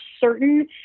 certain